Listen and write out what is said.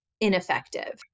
ineffective